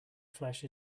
flesh